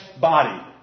body